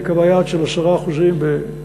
היא קבעה יעד של 10% ב-2020,